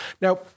Now